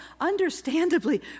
understandably